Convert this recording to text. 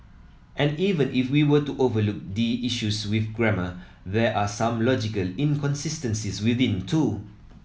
and even if we were to overlook the issues with grammar there are some logical inconsistencies within too